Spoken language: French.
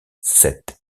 sept